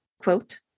Quote